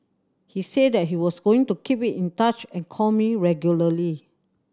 he said that he was going to keep it in touch and call me regularly